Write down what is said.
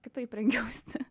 kitaip rengiausi